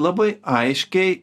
labai aiškiai